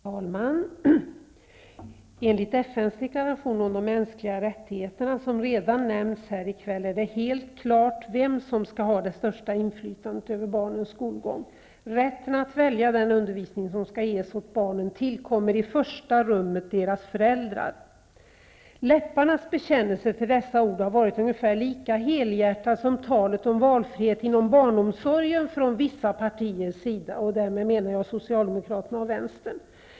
Herr talman! Enligt FN:s deklaration om de mänskliga rättigheterna, som redan har nämnts här i kväll, är det helt klart vem som skall ha det största inflytandet över barnens skolgång. Rätten att välja den undervisning som skall ges åt barnen tillkommer i första rummet deras föräldrar. Läpparnas bekännelse till dessa ord har varit ungefär lika helhjärtad som talet om valfrihet inom barnomsorgen från vissa partiers sida -- därmed menar jag Socialdemokraterna och vänstern.